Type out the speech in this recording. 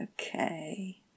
okay